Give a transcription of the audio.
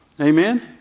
Amen